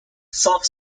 soft